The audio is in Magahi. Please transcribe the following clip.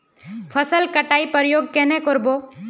फसल कटाई प्रयोग कन्हे कर बो?